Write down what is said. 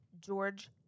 George